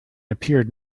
appeared